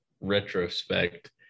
retrospect